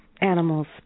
animals